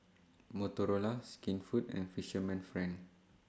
Motorola Skinfood and Fisherman's Friend